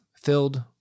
filled